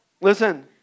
Listen